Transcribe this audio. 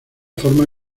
forma